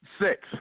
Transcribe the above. Six